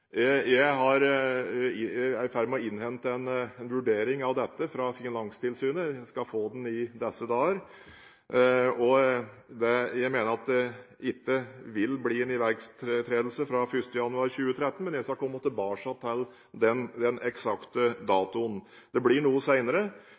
Jeg er i ferd med å innhente en vurdering av dette fra Finanstilsynet; jeg skal få den i disse dager. Jeg mener at det ikke vil bli en iverksettelse fra 1. januar 2013, men jeg skal komme tilbake til den eksakte